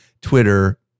Twitter